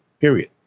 period